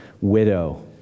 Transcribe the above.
widow